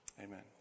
Amen